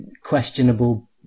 questionable